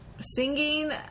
singing